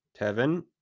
Tevin